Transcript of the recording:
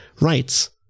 rights